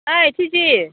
ओइ फिजि